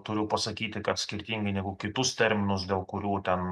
turiu pasakyti kad skirtingai negu kitus terminus dėl kurių ten